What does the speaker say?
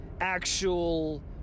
actual